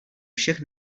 všech